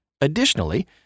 Additionally